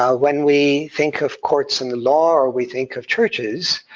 ah when we think of courts and the law, or we think of churches,